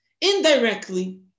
indirectly